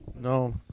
No